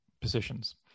positions